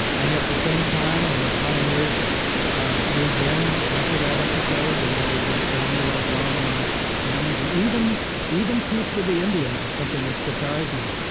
and yet at the same time, when the pioneers moved in after that episode, then there was this family-like love among families and even even peace with the indians is something which surprised me.